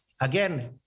again